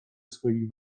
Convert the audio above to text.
swoich